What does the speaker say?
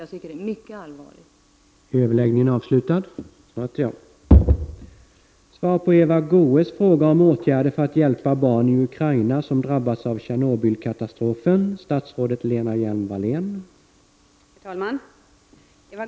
Jag tycker det är mycket allvarligt.